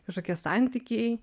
kažkokie santykiai